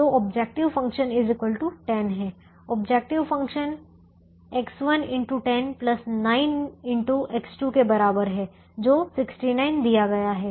तो objective function 10 है objective function के बराबर है जो 69 दिया गया है